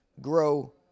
grow